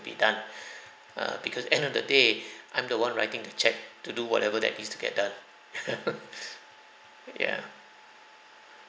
be done err because end of the day I'm the one writing the cheque to do whatever that needs to get done ya